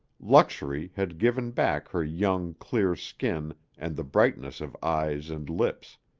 luxury had given back her young, clear skin and the brightness of eyes and lips.